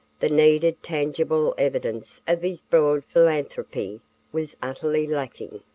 the needed tangible evidence of his broad philanthropy was utterly lacking.